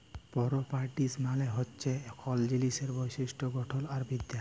properties মালে হছে কল জিলিসের বৈশিষ্ট গঠল আর বিদ্যা